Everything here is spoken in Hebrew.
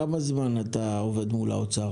כמה זמן אתה עובד מול האוצר?